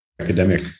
academic